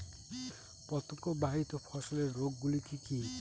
পতঙ্গবাহিত ফসলের রোগ গুলি কি কি?